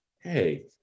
hey